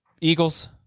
Eagles